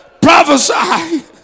Prophesy